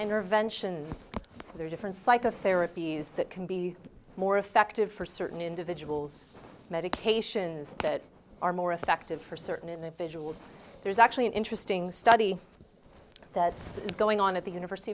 or vention there different psychotherapies that can be more effective for certain individuals medications that are more effective for certain individuals there's actually an interesting study that is going on at the university